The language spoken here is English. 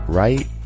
right